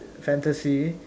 fantasy